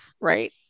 right